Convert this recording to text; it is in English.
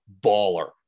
baller